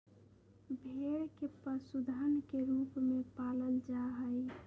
भेड़ के पशुधन के रूप में पालल जा हई